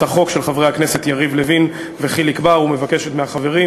החוק של חברי הכנסת יריב לוין וחיליק בר ומבקשת מהחברים,